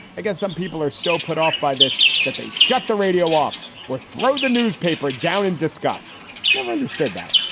i guess some people are so put off by this that they shut the radio off or throw the newspaper down in disgust. i never understood that.